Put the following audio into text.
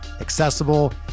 accessible